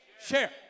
share